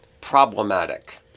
Problematic